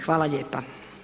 Hvala lijepa.